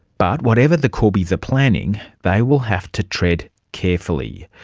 but whatever the corbys are planning, they will have to tread carefully.